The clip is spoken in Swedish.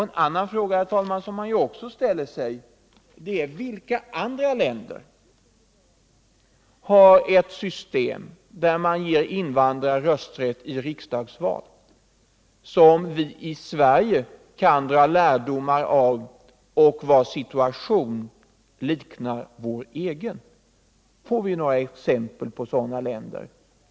En annan fråga, herr talman, som man också ställer sig är: Vilka andra länder har ett system, enligt vilket man ger invandrare rösträtt i riksdagsval? Vilka länder är det som har en situation liknande vår egen och som vi i så fall kan dra lärdom av? Ge oss några exempel på sådana länder!